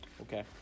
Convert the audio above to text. okay